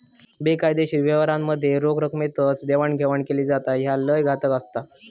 बेकायदेशीर व्यवहारांमध्ये रोख रकमेतच देवाणघेवाण केली जाता, ह्या लय घातक असता